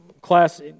class